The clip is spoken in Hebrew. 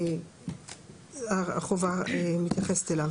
זה חלק מהחובה שלנו.